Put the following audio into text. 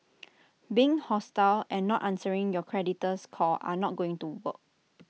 being hostile and not answering your creditor's call are not going to work